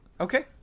Okay